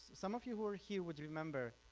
some of you who are here would remember,